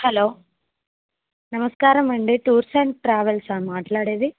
hello నమస్కారం అండి tours and travels మాట్లాడేది